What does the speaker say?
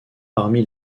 parmi